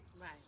Right